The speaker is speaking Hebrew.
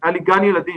היה לי גן ילדים